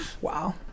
Wow